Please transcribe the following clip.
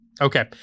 Okay